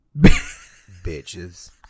Bitches